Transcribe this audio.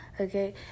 Okay